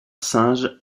singe